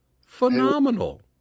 phenomenal